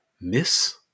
miss